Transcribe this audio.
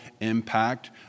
impact